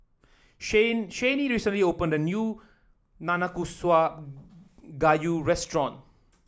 Shanae recently opened a new Nanakusa Gayu restaurant